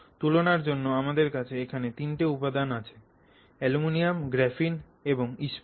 তুলনার জন্য আমাদের কাছে এখানে তিনটে উপাদান আছে অ্যালুমিনিয়াম গ্রাফিন এবং ইস্পাত